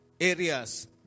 Areas